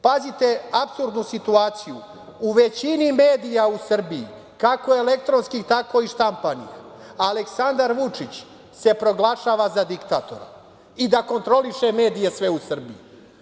Pazite apsurdnu situaciju, u većini medija u Srbiji, kako elektronskih, tako i štampanih, Aleksandar Vučić se proglašava za diktatora i da kontroliše medije sve u Srbiji.